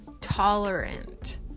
tolerant